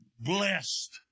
Blessed